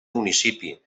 municipi